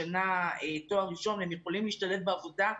והם יכולים להשתלב בעבודה.